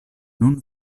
nun